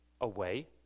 away